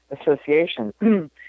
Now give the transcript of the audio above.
Association